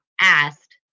asked